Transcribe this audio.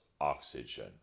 oxygen